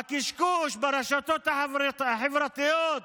הקשקוש ברשתות החברתיות,